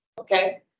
Okay